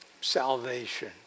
salvation